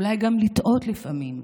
אולי גם לטעות לפעמים,